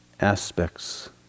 aspects